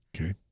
Okay